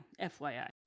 FYI